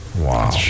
Wow